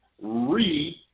read